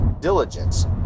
diligence